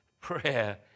prayer